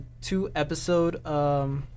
two-episode